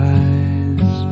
eyes